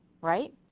right